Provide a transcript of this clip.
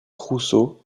rousseau